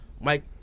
Mike